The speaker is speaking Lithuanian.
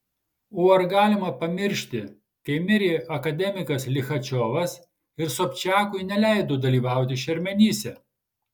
o ar galima pamiršti kai mirė akademikas lichačiovas ir sobčiakui neleido dalyvauti šermenyse